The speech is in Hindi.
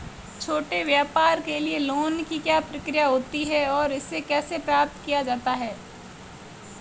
छोटे व्यापार के लिए लोंन की क्या प्रक्रिया होती है और इसे कैसे प्राप्त किया जाता है?